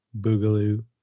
Boogaloo